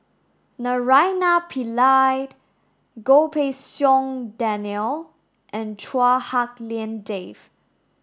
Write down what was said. Naraina Pillai Goh Pei Siong Daniel and Chua Hak Lien Dave